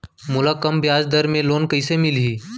मोला कम ब्याजदर में लोन कइसे मिलही?